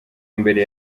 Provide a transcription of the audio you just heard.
mbere